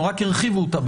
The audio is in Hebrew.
הם רק הרחיבו אותה.